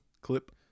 Clip